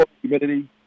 humidity